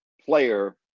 player